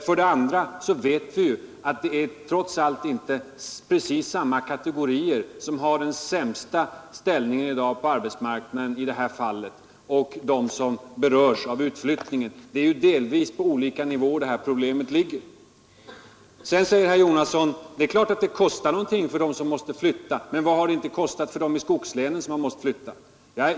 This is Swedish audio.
För det andra vet vi att det trots allt inte gäller precis samma kategorier: de som har den sämsta ställningen i dag på arbetsmarknaden och de som berörs av utflyttningen. Problemen ligger ju delvis på olika nivåer. Sedan säger herr Jonasson: Det är klart att det kostar någonting för dem som måste flytta, men vad har det inte kostat för de människor i skogslänen som har måst flytta?